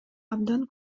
абдан